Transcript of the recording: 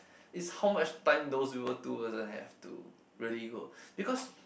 it's how much time those people too also have to really go because